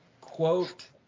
quote